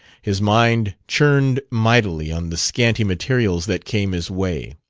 his mind churned mightily on the scanty materials that came his way.